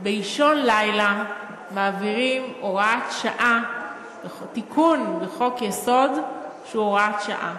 באישון לילה ומעבירים תיקון לחוד-יסוד שהוא הוראת שעה.